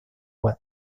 web